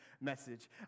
message